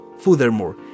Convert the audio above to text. Furthermore